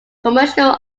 commercial